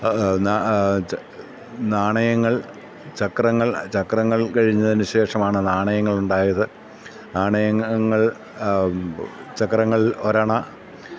നാണയങ്ങൾ ചക്രങ്ങൾ ചക്രങ്ങൾ കഴിഞ്ഞതിന് ശേഷമാണ് നാണയങ്ങളുണ്ടായത് നാണയങ്ങൾ ചക്രങ്ങൾ ഒരണ